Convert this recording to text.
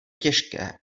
těžké